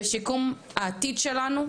בשיקום העתיד שלנו,